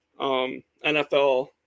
NFL